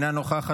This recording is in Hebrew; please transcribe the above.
אינה נוכחת,